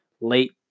late